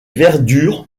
verdures